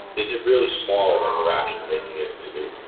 is it really smaller than we're actually making it to be?